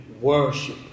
worship